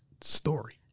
story